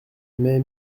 mai